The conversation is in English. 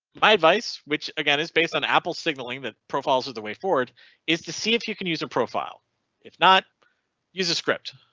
my advice which again is based on apple signaling that profiles are the way forward is to see if you can use a profile if not use a script,